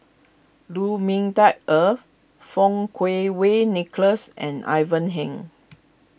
Lu Ming Teh Earl Fang Kuo Wei Nicholas and Ivan Heng